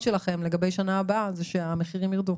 שלכם לגבי שנה הבאה זה שהמחירים יירדו.